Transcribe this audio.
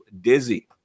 dizzy